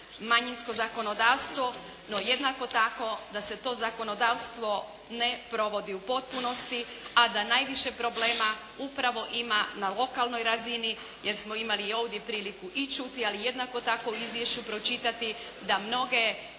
manjinsko zakonodavstvo. No, jednako tako da se to zakonodavstvo ne provodi u potpunosti, a da najviše problema upravo ima na lokalnoj razini, jer smo imali i ovdje priliku i čuti ali jednako tako u izvješću pročitati da mnoge